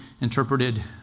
interpreted